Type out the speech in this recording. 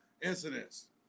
incidents